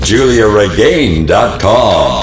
JuliaRegain.com